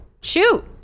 shoot